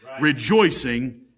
rejoicing